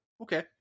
okay